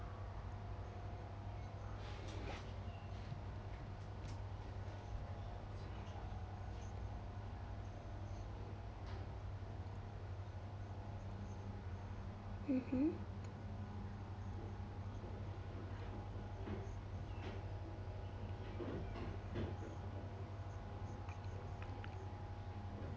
mmhmm